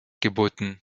geboten